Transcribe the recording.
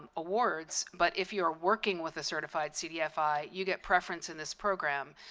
awards, but if you are working with a certified cdfi you get preference in this program.